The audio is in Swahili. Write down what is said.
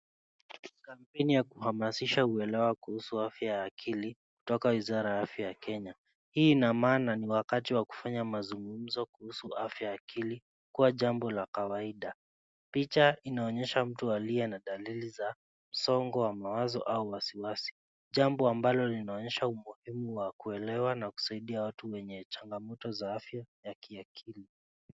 Kampeni ya kuhamasisha uelewa kuhusu afya ya akili kutoka wizara ya afya ya Kenya. Hii ina maana ni wakati wa kufanya mazungumzo kuhusu afya ya akili kuwa jambo la kawaida. Picha inaonyesha mtu aliye na dalili za msongo wa mawazo au wasiwasi jambo ambalo linaonyesha umuhimu wa kuelewa na kusaidia watu wenye changamoto za afya ya kiakili.